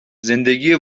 زندگی